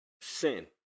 Sin